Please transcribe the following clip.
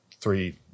three